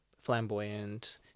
flamboyant